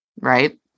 right